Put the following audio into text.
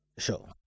show